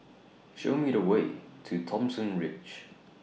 Show Me The Way to Thomson Ridge